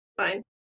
Fine